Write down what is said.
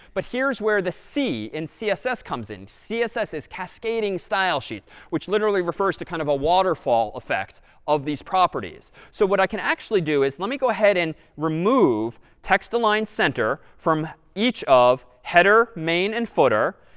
but here's where the c in css comes in. css is cascading style sheets, which literally refers to kind of a waterfall effect of these properties. so what i can actually do is let me go ahead and remove text-align center from each of header, main, and footer.